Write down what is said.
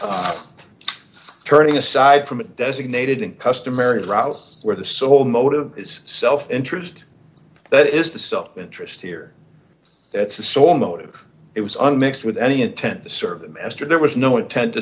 s turning aside from designated and customary routes where the sole motive is self interest that is the self interest here that's the sole motive it was unmixed with any intent to serve the master there was no intent to